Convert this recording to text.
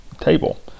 table